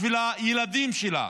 בשביל הילדים שלה.